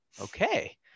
Okay